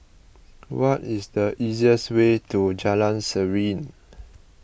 what is the easiest way to Jalan Serene